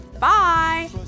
Bye